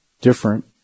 different